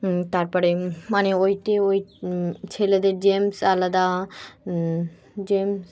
তারপরে মানে ওইটি ওই ছেলেদের জেন্টস আলাদা জেন্টস